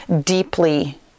deeply